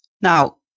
Now